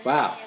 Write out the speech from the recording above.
Wow